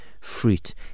fruit